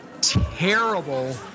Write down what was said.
terrible